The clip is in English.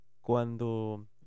cuando